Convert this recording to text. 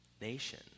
nation